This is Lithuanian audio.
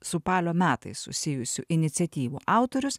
su palio metais susijusių iniciatyvų autorius